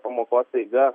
pamokos eiga